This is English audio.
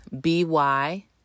B-Y